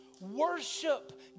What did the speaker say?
Worship